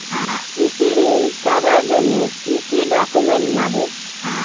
কৃষি ঋণ পাবার জন্যে কি কি ডকুমেন্ট নাগে?